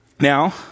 Now